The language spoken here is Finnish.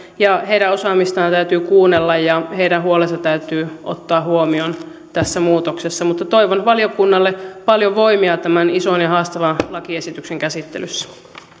ja heidän osaamistaan täytyy kuunnella ja heidän huolensa täytyy ottaa huomioon tässä muutoksessa toivon valiokunnalle paljon voimia tämän ison ja haastavan lakiesityksen käsittelyssä